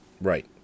Right